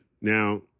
Now